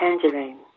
tangerine